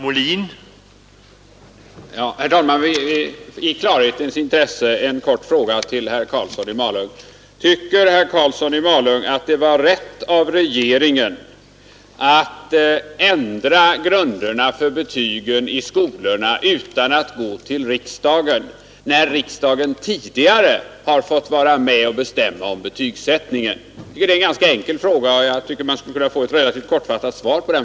Herr talman! I klarhetens intresse en kort fråga till herr Karlsson i Malung: Tycker herr Karlsson i Malung att det var rätt av regeringen att ändra grunderna för betygen i skolorna utan att gå till riksdagen, när riksdagen tidigare hade fått vara med och bestämma om betygsättningen? Det är en ganska enkel fråga, och jag tycker att man skulle kunna få ett relativt kortfattat svar på den.